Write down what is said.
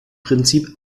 prinzip